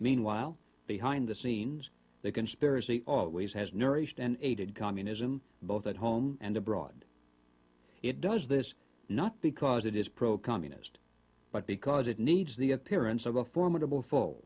meanwhile behind the scenes they conspiracy always has nourished and aided communism both at home and abroad it does this not because it is pro communist but because it needs the appearance of a formidable f